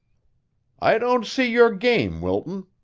i don't see your game, wilton,